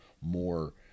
more